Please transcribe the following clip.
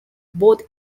both